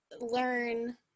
Learn